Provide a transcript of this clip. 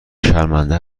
شرمنده